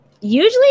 Usually